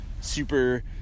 super